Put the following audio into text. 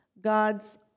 god's